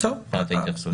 מבחינת ההתייחסות.